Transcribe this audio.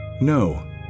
No